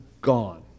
gone